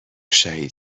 شهید